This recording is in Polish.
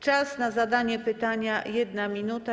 Czas na zadanie pytania - 1 minuta.